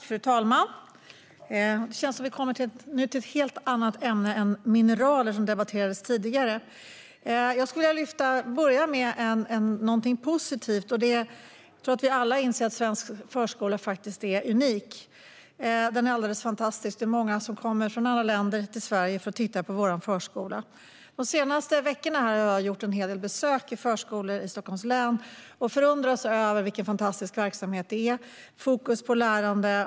Fru talman! Det känns som att vi nu kommer till ett helt annat ämne än mineraler, som debatterades tidigare. Jag skulle vilja börja med någonting positivt. Jag tror att vi alla inser att svensk förskola faktiskt är unik. Den är alldeles fantastisk. Det är många som kommer från andra länder till Sverige för att titta på vår förskola. De senaste veckorna har jag gjort en hel del besök i förskolor i Stockholms län. Jag förundras över vilken fantastisk verksamhet det är. Det är fokus på lärande.